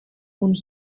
und